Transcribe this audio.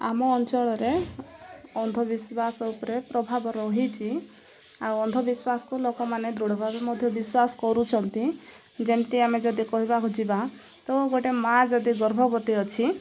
ଆମ ଅଞ୍ଚଳରେ ଅନ୍ଧବିଶ୍ୱାସ ଉପରେ ପ୍ରଭାବ ରହିଛି ଆଉ ଅନ୍ଧବିଶ୍ୱାସକୁ ଲୋକମାନେ ଦୃଢ଼ ଭାବରେ ମଧ୍ୟ ବିଶ୍ୱାସ କରୁଛନ୍ତି ଯେମିତି ଆମେ ଯଦି କହିବାକୁ ଯିବା ତ ଗୋଟେ ମାଆ ଯଦି ଗର୍ଭବତୀ ଅଛି